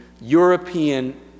European